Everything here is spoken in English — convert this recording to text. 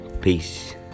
peace